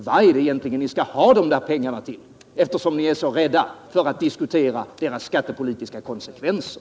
Vad är det som ni egentligen skall ha dessa pengar till, eftersom ni är så rädda för att diskutera förslagets skattepolitiska konsekvenser?